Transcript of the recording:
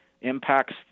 impacts